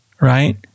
right